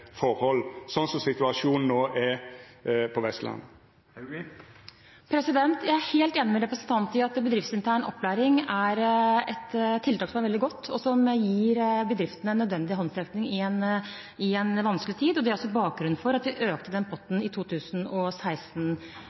forhold, sånn som situasjonen no er på Vestlandet? Jeg er helt enig med representanten i at bedriftsintern opplæring er et tiltak som er veldig godt, og som gir bedriftene en nødvendig håndsrekning i en vanskelig tid, og det er også bakgrunnen for at vi økte den potten i